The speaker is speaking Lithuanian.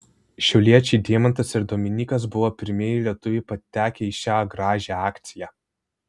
šiauliečiai deimantas ir dominykas buvo pirmieji lietuviai patekę į šią gražią akciją